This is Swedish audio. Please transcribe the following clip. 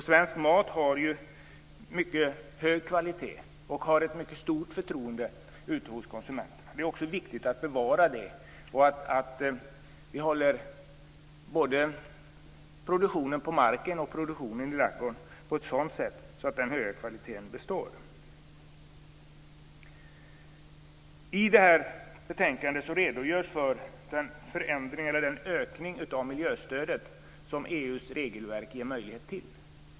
Svensk mat har mycket hög kvalitet och har ett mycket stort förtroende ute hos konsumenterna. Det är viktigt att bevara det och att vi håller både produktionen på marken och produktionen i ladugården på ett sådant sätt att den höga kvaliteten består. I detta betänkande redogörs för den ökning av miljöstödet som EU:s regelverk ger möjlighet till.